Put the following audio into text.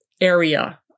area